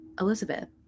Elizabeth